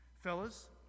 Fellas